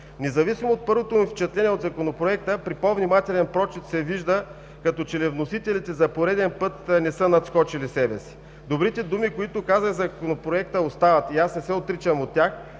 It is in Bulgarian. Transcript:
Независимо от първото ми впечатление от Законопроекта, при по-внимателен прочит се вижда, като че ли вносителите за пореден път не са надскочили себе си. Добрите думи, които казах за Законопроекта, остават и аз не се отричам от тях,